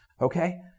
Okay